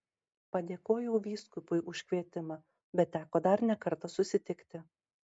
padėkojau vyskupui už kvietimą bet teko dar ne kartą susitikti